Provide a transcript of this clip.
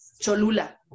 Cholula